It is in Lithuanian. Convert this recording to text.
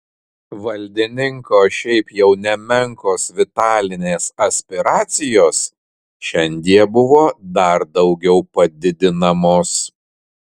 valdininko šiaip jau nemenkos vitalinės aspiracijos šiandie buvo dar daugiau padidinamos